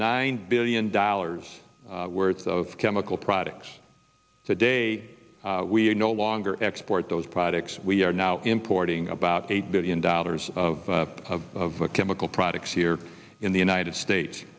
nine billion dollars worth of chemical products the day we no longer export those products we are now importing about eight billion dollars of the chemical products here in the united states